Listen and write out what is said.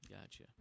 Gotcha